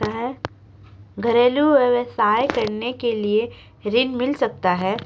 घरेलू व्यवसाय करने के लिए ऋण मिल सकता है?